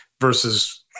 versus